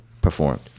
performed